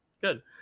Good